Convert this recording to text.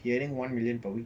he earning one million per week